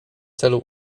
celu